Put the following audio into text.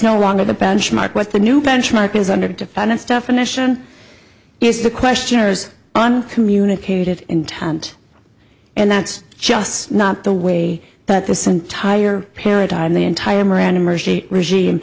no longer the benchmark what the new benchmark is under defendant's definition is the questioners on communicated intent and that's just not the way that this entire paradigm the entire